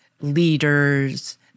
leaders